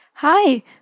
Hi